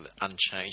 unchanged